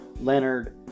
leonard